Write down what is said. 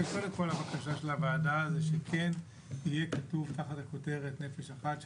הבקשה של הוועדה זה שכן יהיה כתוב תחת הכותרת "נפש אחת",